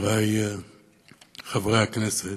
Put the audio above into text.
חברי חברי הכנסת,